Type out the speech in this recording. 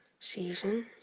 Season